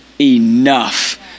enough